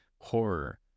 horror